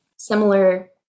similar